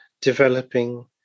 developing